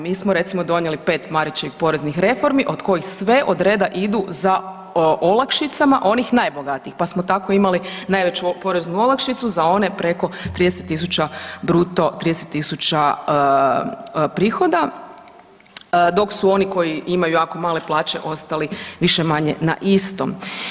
Mi smo recimo donijeli pet Marićevih poreznih reformi od kojih sve odreda idu za olakšicama onih najbogatijih, pa smo tako imali najveću poreznu olakšicu za one preko 30.000 bruto, 30.000 prihoda dok su oni koji imaju jako male plaće ostali više-manje na istom.